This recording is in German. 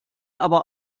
aber